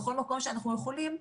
בכל מקום שאנחנו יכולים,